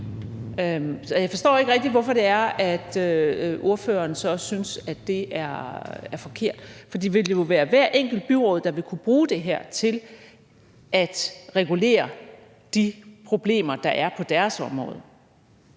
Jeg forstår ikke rigtig, hvorfor det er, ordføreren så synes, at det er forkert. For det vil jo være hvert enkelt byråd, der vil kunne bruge det her til at regulere de problemer, der er på deres område,